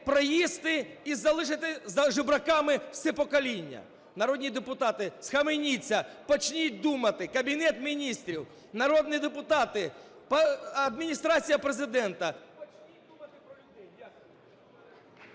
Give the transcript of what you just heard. проїсти - і залишити жебраками все покоління. Народні депутати, схаменіться, почніть думати! Кабінет Міністрів, народні депутати, Адміністрація Президента, почніть думати про людей! Дякую.